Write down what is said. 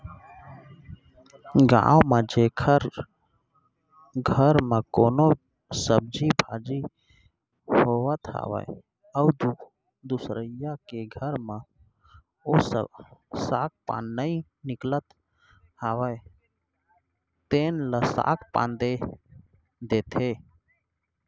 गाँव म जेखर घर म कोनो सब्जी भाजी होवत हावय अउ दुसरइया के घर म ओ साग पान नइ निकलत हावय तेन ल साग पान दे देथे